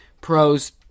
Pros